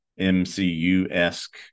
MCU-esque